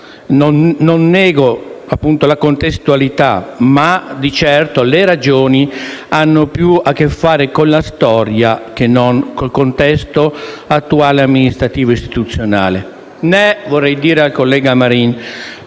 non nego la contestualità, ma di certo le ragioni hanno più a che fare con la storia, che non con l'attuale contesto amministrativo e istituzionale.